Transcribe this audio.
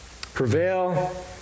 prevail